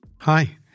Hi